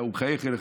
הוא מחייך אליך,